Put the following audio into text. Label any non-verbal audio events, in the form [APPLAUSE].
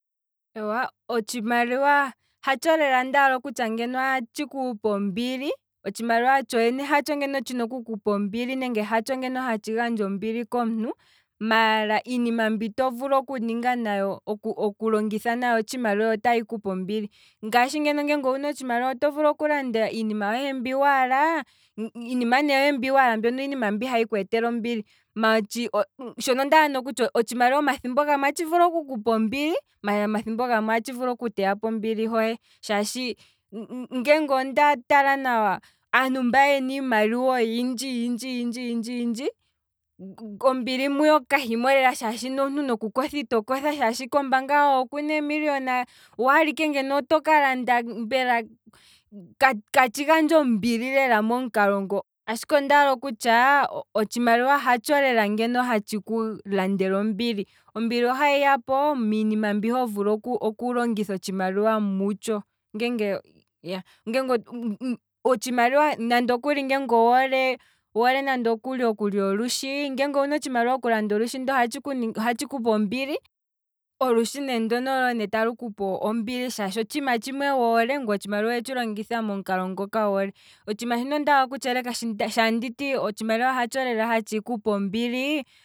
Eewa, otshimaliwa hatsho lel a ngeno ndaala okutya atshi kupe ombili, otshimaliwa tsho yene hatsho hatshi gandja ombili komuntu nenge tshina oku kupa ombili, maala iinima mbi to vulu okulongitha nayo otshimaliwa otayi kupe ombili, ngaashi nokuli nge owuna otshimaliwa oto vulu okulanda iinima yohe mbi waala, iinima yohe ne mbi waala iinima mbi hayi kweetele ombili, maala shono ondaala okutya otshimaliwa thimbo limwe atshi vulu oku kupa ombili, maala omathimbo gamwe atshi vulu oku teya po ombili hohe, shaashi ngeenge onda tala nawa, aantu mba yena iimaliwa oyindji yindji yindji yindji, ombili muyo ka himo lela, nomuntu ito kotha noku kotha shaashi kombaanga hohe okuna eemiliona, owaalaike ngeno mbela oto kalanda [HESITATION] katshi gandja ombili lela momukalongo, ashike ondaala okutya, otshimaliwa hatsho lela hatshiku landele ombili, ombili ohahi yapo miinima mbi wa pumbwa okulongitha otshimaliwa mutsho, [HESITATION] otshimaliwa, nande okuli ngeenge owu hole nande okuli okulya olushi, ndele owuna otshimaliwa okulanda olushi ndele ohatshi kupe ombili. olushe ne ndono olo ne talu kupe ombili shaashi otshiima tshimwe woole, ngweye otshimaliwa owetshi longitha momukalo ngoka woole, otshiima shino ondaala oku tsheeleka sho anditi otshimaliwa hatsho lela hatshi kupe ombilii